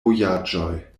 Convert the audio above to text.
vojaĝoj